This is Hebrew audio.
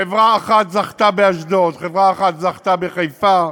חברה אחת זכתה באשדוד, חברה אחת זכתה בחיפה.